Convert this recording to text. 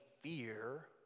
fear